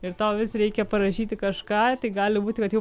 ir tau vis reikia parašyti kažką tai gali būti kad jau